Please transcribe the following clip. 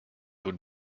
would